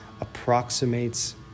approximates